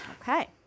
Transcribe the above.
okay